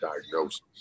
diagnosis